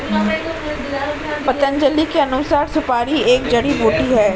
पतंजलि के अनुसार, सुपारी एक जड़ी बूटी है